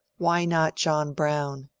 why not john brown?